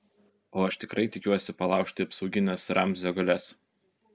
o aš tikrai tikiuosi palaužti apsaugines ramzio galias